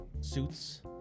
suits